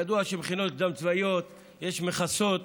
ידוע שלמכינות קדם-צבאיות יש מכסות,